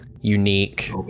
unique